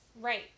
Right